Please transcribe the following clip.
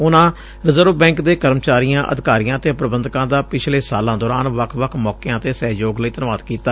ਉਨੂਾ Reserve Bank ਦੇ ਕਰਮਚਾਰੀਆਂ ਅਧਿਕਾਰੀਆਂ ਅਤੇ ਪੁਬੰਧਕਾਂ ਦਾ ਪਿਛਲੇ ਸਾਲਾਂ ਦੌਰਾਨ ਵੱਖ ਵੱਖ ਮੌਕਿਆਂ ਤੇ ਸਹਿਯੋਗ ਲਈ ਧੰਨਵਾਦ ਕੀਤਾ